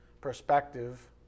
perspective